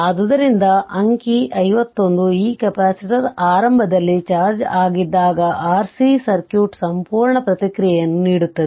ಆದ್ದರಿಂದ ಈ ಅಂಕಿ 51 ಈ ಕೆಪಾಸಿಟರ್ ಆರಂಭದಲ್ಲಿ ಚಾರ್ಜ್ ಆಗದಿದ್ದಾಗ Rc ಸರ್ಕ್ಯೂಟ್ನ ಸಂಪೂರ್ಣ ಪ್ರತಿಕ್ರಿಯೆಯನ್ನು ನೀಡುತ್ತದೆ